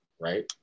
right